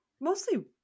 mostly